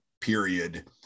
period